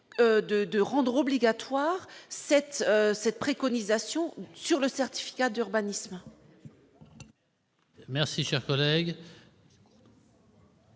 de rendre obligatoire cette mention sur le certificat d'urbanisme